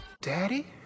Daddy